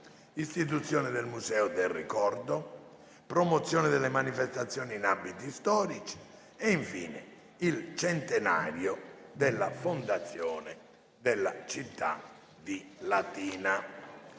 istituzione del Museo del Ricordo, promozione delle manifestazioni in abiti storici, centenario della Fondazione della città di Latina.